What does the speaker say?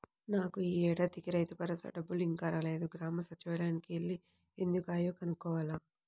నాకు యీ ఏడాదికి రైతుభరోసా డబ్బులు ఇంకా రాలేదు, గ్రామ సచ్చివాలయానికి యెల్లి ఎందుకు ఆగాయో కనుక్కోవాల